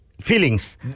feelings